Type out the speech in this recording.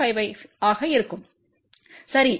55 ஆக இருக்கும் சரி